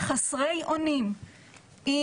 חסרי אונים,